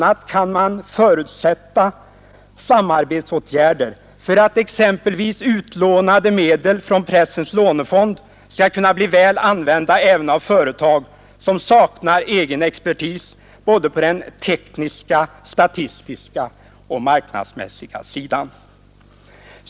a. kan man förutsätta samarbetsåtgärder för att exempelvis utlånade medel från Pressens lånefond skall kunna bli väl använda även av företag som saknar egen expertis på såväl den tekniska som den statistiska och den marknadsmässiga sidan.